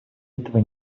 этого